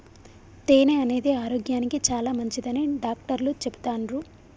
తేనె అనేది ఆరోగ్యానికి చాలా మంచిదని డాక్టర్లు చెపుతాన్రు